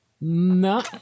no